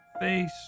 face